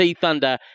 Thunder